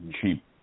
cheap